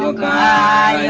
ah guy